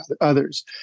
others